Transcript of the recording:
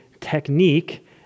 technique